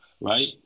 Right